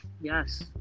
yes